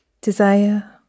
desire